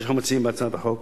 שאנחנו מציעים בהצעת החוק,